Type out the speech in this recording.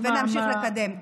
ונמשיך לקדם.